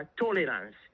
tolerance